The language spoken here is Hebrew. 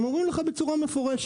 הם אומרים לך בצורה מפורשת,